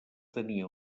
tenia